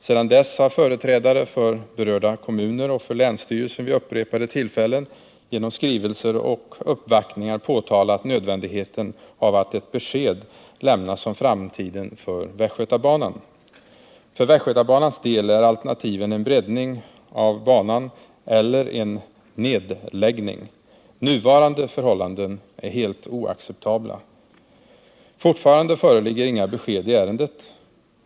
Sedan dess har företrädare för berörda kommuner och för länsstyrelsen vid upprepade tillfällen genom skrivelser och uppvaktningar påtalat nödvändigheten av att ett besked lämnas om framtiden för västgötabanan. För västgötabanans del är alternativen en breddning av banan eller en nedläggning. Nuvarande förhållanden är helt oacceptabla. Fortfarande föreligger inga besked i ärendet.